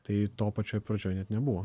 tai to pačioj pradžioj net nebuvo